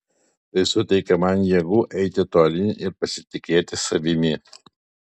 tai suteikia man jėgų eiti tolyn ir pasitikėti savimi